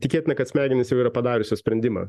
tikėtina kad smegenys jau yra padariusios sprendimą